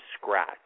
scratch